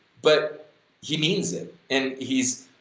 but he means it and he's,